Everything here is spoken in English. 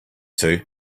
two